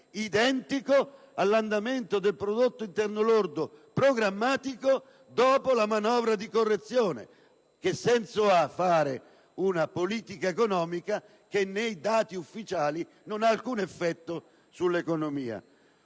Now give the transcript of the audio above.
identico all'andamento del prodotto interno lordo programmatico dopo la manovra di correzione. Che senso ha fare una politica economica che nei dati ufficiali non ha alcun effetto sull'economia?